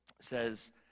says